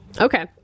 Okay